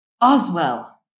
Oswell